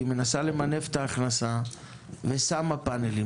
היא מנסה למנף את ההכנסה ושמה פאנלים.